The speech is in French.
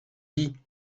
dis